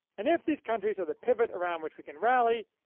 and if these countries are the pivot around which we can rally,